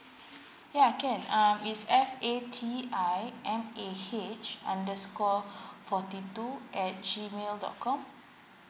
ya can um is f a t i m a h underscore fourteen two at G mail dot com